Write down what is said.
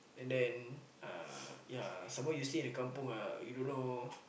and then uh ya some more you stay in the kampung ah you don't know